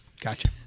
Gotcha